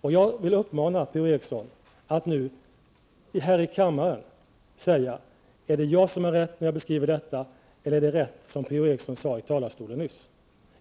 Jag vill uppmana P-O Eriksson att nu här i kammaren säga om det är jag som har rätt när jag gör beskrivningen eller om det är rätt som P-O Eriksson sade nyss.